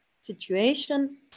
situation